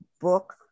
book